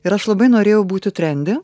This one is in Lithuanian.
ir aš labai norėjau būti trende